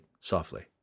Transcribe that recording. softly